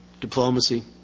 diplomacy